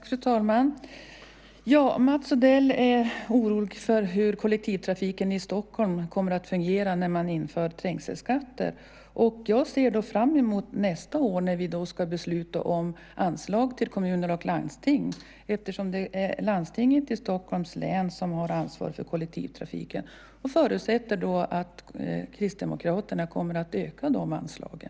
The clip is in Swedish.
Fru talman! Mats Odell är orolig för hur kollektivtrafiken i Stockholm kommer att fungera när trängselavgifterna införs. Jag ser då fram emot nästa års beslut om anslag till kommuner och landsting eftersom det är landstinget i Stockholms län som har ansvar för kollektivtrafiken. Jag förutsätter då att Kristdemokraterna kommer att öka de anslagen.